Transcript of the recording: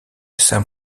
saint